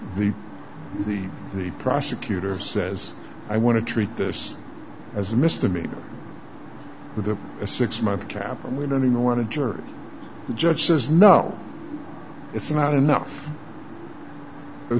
the the the prosecutor says i want to treat this as a misdemeanor with a six month crap and we don't even want to jerk the judge says no it's not enough